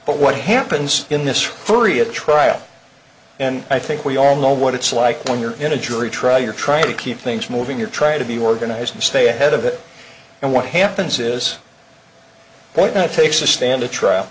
but what happens in this free at trial and i think we all know what it's like when you're in a jury trial you're trying to keep things moving you're trying to be organized and stay ahead of it and what happens is what it takes a stand a trial